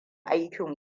aikin